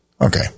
okay